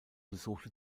besuchte